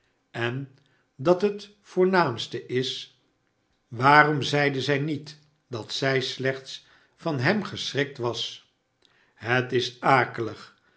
en dat het voornaamste is waarom zeide zij niet dat zij slechts van hem geschrikt was het is akelig